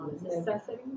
necessity